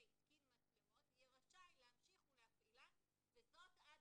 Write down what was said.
העניין נתנו בהתחלה שלוש שנים של הסתגלות עד